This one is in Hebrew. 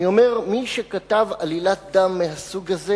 אני אומר: מי שכתב עלילת דם מהסוג הזה,